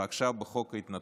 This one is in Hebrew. ועכשיו, בחוק ההתנתקות.